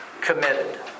committed